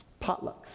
Potlucks